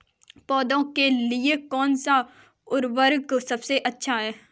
पौधों के लिए कौन सा उर्वरक सबसे अच्छा है?